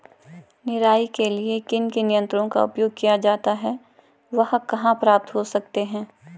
निराई के लिए किन किन यंत्रों का उपयोग किया जाता है वह कहाँ प्राप्त हो सकते हैं?